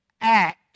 act